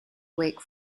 wake